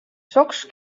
soks